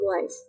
life